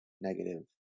negative